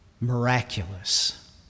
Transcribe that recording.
miraculous